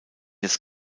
jetzt